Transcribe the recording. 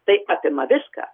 tai apima viską